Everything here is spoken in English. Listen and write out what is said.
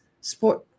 sport